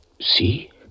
see